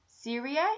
Syria